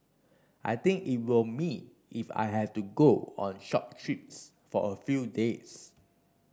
I think it will me if I have to go on short trips for a few days